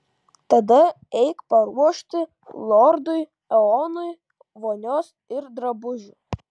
tada eik paruošti lordui eonui vonios ir drabužių